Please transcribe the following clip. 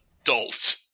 adult